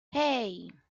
hey